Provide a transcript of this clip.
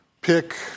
pick